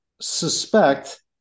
suspect